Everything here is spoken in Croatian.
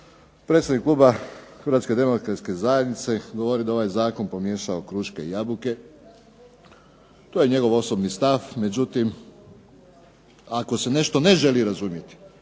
predstavnik kluba Hrvatske demokratske zajednice govori da je ovaj zakon pomiješao kruške i jabuke. To je njegov osobni stav, međutim ako se nešto ne želi razumjeti